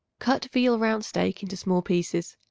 cut veal round-steak into small pieces.